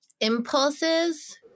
impulses